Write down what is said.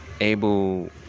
able